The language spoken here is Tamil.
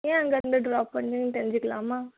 ஏன் அங்கிருந்து ட்ராப் பண்ணீங்கன்னு தெரிஞ்சுக்கலாமா